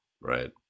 right